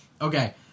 okay